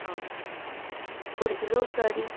ஆ ஒரு கிலோ கறி